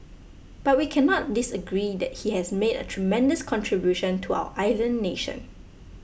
but we cannot disagree that he has made a tremendous contribution to our island nation